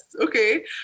Okay